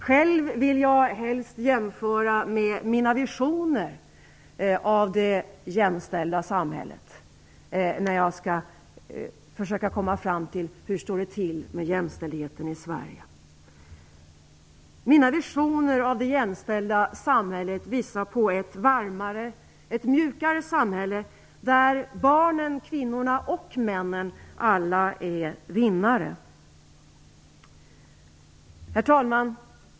Själv vill jag helst jämföra det med mina visioner av det jämställda samhället, när jag skall försöka komma fram till hur det står till med jämställdheten i Sverige. Mina visioner av det jämställda samhället visar på ett varmare och mjukare samhälle där barnen, kvinnorna och männen alla är vinnare. Herr talman!